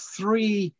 three